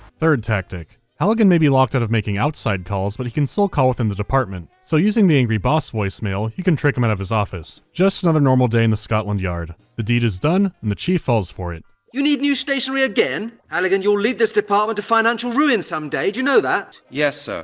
third tactic, halligan may be locked out of making outside calls, but he can still call within the department. so, using the angry boss voice mail, he can trick him out of his office. just another normal day in the scotland yard. the deed is done, and the chief falls for it. miller you need new stationary again! halligan, you'll lead this department to financial ruin someday, d'you know that? halligan yes, sir.